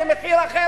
זה מחיר אחר.